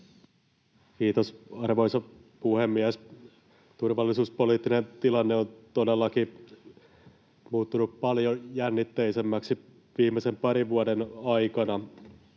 Kiitos, arvoisa puhemies! Turvallisuuspoliittinen tilanne on todellakin muuttunut paljon jännitteisemmäksi viimeisen parin vuoden aikana.